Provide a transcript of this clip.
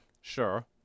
Sure